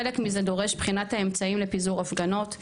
חלק מזה דורש בחינת האמצעים לפיזור הפגנות,